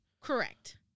Correct